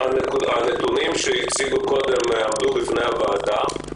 הנתונים שהציגו קודם אכן עמדו בפני הוועדה.